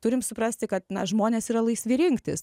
turim suprasti kad na žmonės yra laisvi rinktis